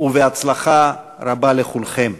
והצלחה רבה לכולכם.